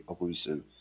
elusive